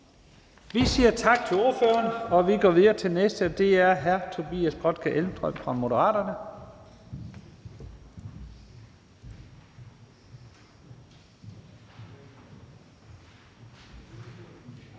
Vi siger tak til ordføreren, og vi går videre til den næste, som er Tobias Grotkjær Elmstrøm fra Moderaterne.